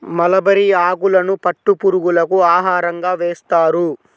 mulberry ఆకులను పట్టు పురుగులకు ఆహారంగా వేస్తారు